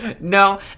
No